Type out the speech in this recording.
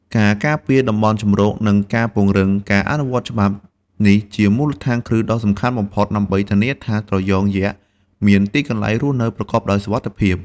ការការពារតំបន់ជម្រក និងការពង្រឹងការអនុវត្តច្បាប់ នេះជាមូលដ្ឋានគ្រឹះដ៏សំខាន់បំផុតដើម្បីធានាថាត្រយងយក្សមានទីកន្លែងរស់នៅប្រកបដោយសុវត្ថិភាព។